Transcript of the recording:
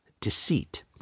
deceit